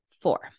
four